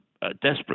Desperate